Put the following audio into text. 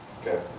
Okay